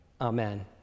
Amen